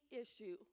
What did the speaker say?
issue